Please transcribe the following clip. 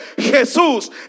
Jesús